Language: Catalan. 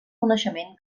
coneixement